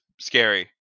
scary